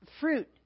fruit